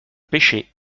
pêchez